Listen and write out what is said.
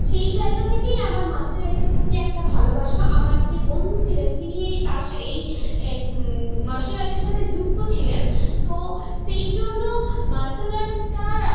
সেই জায়গা থেকেই আমার মার্শাল আর্টের প্রতি একটা ভালোবাসা আমার যে বন্ধু ছিলেন তিনি এই মার্শাল আর্টের সাথে যুক্ত ছিলেন তো সেই জন্য মার্শাল আর্টটা